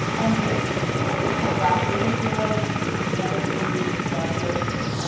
i'm very surprised at how black it is i feel like it's one of the darkest,